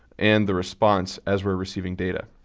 and the response as we're receiving data.